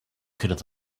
could